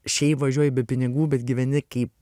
šiaip važiuoji be pinigų bet gyveni kaip